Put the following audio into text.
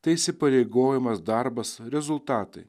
tai įsipareigojimas darbas rezultatai